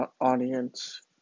audience